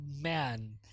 man